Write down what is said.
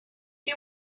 you